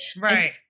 right